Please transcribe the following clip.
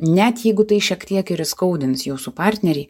net jeigu tai šiek tiek ir įskaudins jūsų partnerį